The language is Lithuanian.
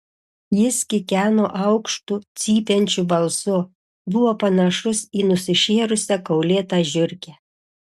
jis kikeno aukštu cypiančiu balsu buvo panašus į nusišėrusią kaulėtą žiurkę